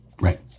Right